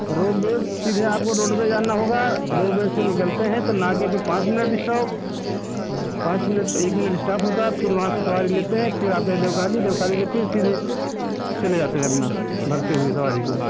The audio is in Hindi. रोडवेज सीधे आपको रोडवेज आना होगा रोडवेज से निकलते हैं तो ना गेट से पाँच मिनट स्टॉप पाँच मिनट एक मिनट स्टॉप होता है फिर वहाँ से सवारी लेते हैं फिर आते है देवकाली देवकाली से फिर सीधे चले जाते हैं अपना भरते हुए सवारी को